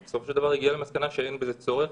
ובסופו של דבר הגיעה למסקנה שאין בזה צורך